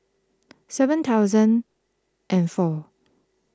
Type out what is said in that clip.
seven thousand and four